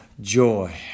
joy